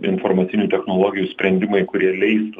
informacinių technologijų sprendimai kurie leistų